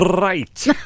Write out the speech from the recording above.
Right